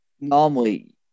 Normally